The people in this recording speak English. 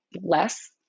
less